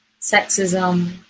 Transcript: sexism